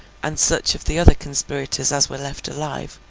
and such of the other conspirators as were left alive,